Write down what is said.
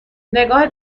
نگاه